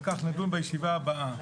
על כך נדון בישיבה הבאה.